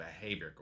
behavior